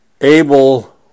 Abel